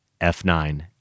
F9